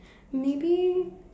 maybe